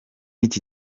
iki